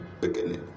beginning